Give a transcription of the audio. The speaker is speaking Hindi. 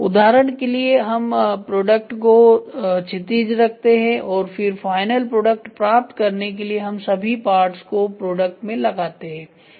उदाहरण के लिए हम प्रोडक्ट को क्षितिज रखते हैं और फिर फाइनल प्रोडक्ट प्राप्त करने के लिए हम सभी पार्ट्स को प्रोडक्ट में लगाते चलते हैं